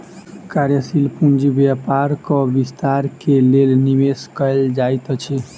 कार्यशील पूंजी व्यापारक विस्तार के लेल निवेश कयल जाइत अछि